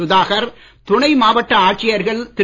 சுதாகர் துணை மாவட்ட ஆட்சியர்கள் திரு